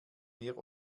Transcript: mehr